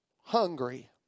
hungry